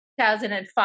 2005